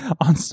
on